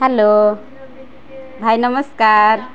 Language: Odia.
ହ୍ୟାଲୋ ଭାଇ ନମସ୍କାର